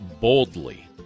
boldly